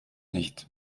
nicht